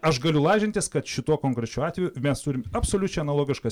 aš galiu lažintis kad šituo konkrečiu atveju mes turim absoliučiai analogišką